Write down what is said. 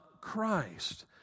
Christ